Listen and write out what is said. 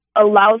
allows